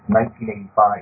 1985